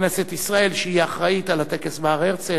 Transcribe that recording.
שכנסת ישראל, שהיא אחראית על הטקס בהר-הרצל,